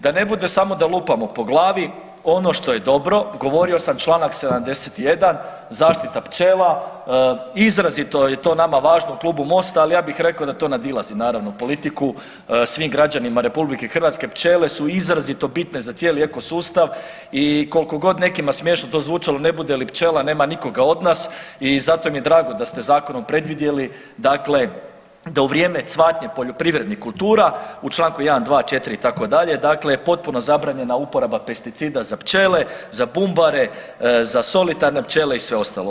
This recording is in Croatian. Da ne bude samo da lupamo po glavi, ono što je dobro, govorio sam čl. 71. zaštita pčela, izrazito je to nama važno u klubu Mosta ali ja bih rekao da to nadilazi naravno politiku, svim građanima RH pčele su izrazito bitne za cijeli ekosustav i koliko god nekima smiješno to zvučalo, ne bude li pčela ne bude nikoga od nas i zato mi je drago da ste zakonom predvidjeli, dakle da u vrijeme cvatnje poljoprivrednih kultura u članku 1., 2., 4. itd. dakle potpuno zabranjena upotreba pesticida za pčele, za bumbare, za solitarne pčele i sve ostalo.